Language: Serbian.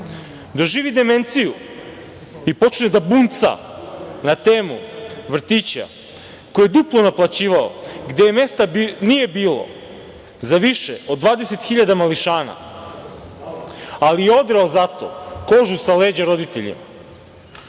doživi demenciju i počne da bunca na temu vrtića, koje je duplo naplaćivao, gde mesta nije bilo za više od 20 hiljada mališana, ali je odrao zato kožu sa leđa roditeljima.